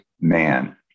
man